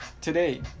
today